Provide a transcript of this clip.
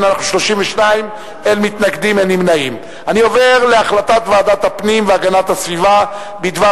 אני עובר להחלטת ועדת הפנים והגנת הסביבה בדבר